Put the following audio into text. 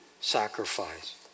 sacrifice